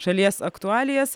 šalies aktualijas